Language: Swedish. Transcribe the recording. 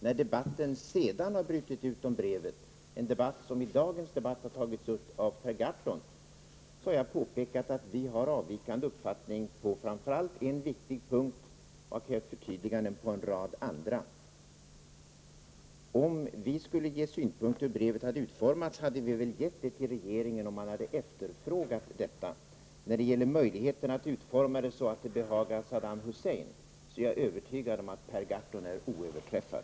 När debatten om Ingvar Carlssons brev sedan har brutit ut, en debatt som Per Gahrton på nytt tar upp i dag, har jag påpekat att vi har en avvikande uppfattning på framför allt en viktig punkt och vill få förtydliganden på en rad andra punkter. Om vi skulle ha framfört synpunkter på hur brevet hade bort utformas, så skulle vi ha lämnat dem till regeringen om den hade efterfrågat sådana. Vad gäller möjligheterna att utforma ett brev som behagar Saddam Hussein är jag övertygad om att Per Gahrton är oöverträffad.